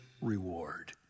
reward